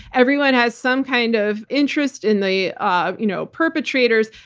everyone has some kind of interest in the ah you know perpetrators.